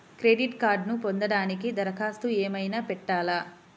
Credit కార్డ్ను పొందటానికి దరఖాస్తు ఏమయినా పెట్టాలా?